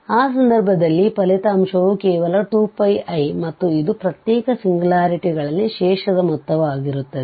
ಆ ಸಂದರ್ಭದಲ್ಲಿ ಫಲಿತಾಂಶವು ಕೇವಲ 2πi ಮತ್ತು ಇದು ಪ್ರತ್ಯೇಕ ಸಿಂಗ್ಯುಲಾರಿಟಿಗಳಲ್ಲಿ ಶೇಷದ ಮೊತ್ತವಾಗಿರುತ್ತದೆ